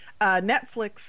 Netflix